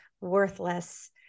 worthless